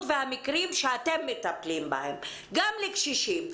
והמקרים שאתם מטפלים בהם גם קשישים,